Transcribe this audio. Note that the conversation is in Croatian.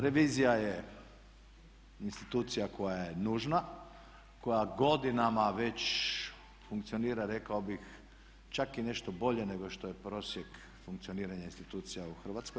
Revizija je institucija koja je nužna, koja godinama već funkcionira rekao bih čak i nešto bolje nego što je prosjek funkcioniranja institucija u Hrvatskoj.